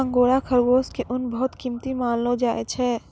angora खरगोश के ऊन बहुत कीमती मानलो जाय छै